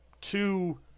two